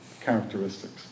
characteristics